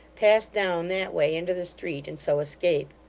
pass down that way into the street, and so escape.